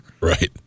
Right